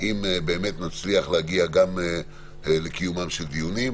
אם נצליח להגיע גם לקיומם של דיונים.